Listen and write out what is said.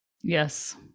Yes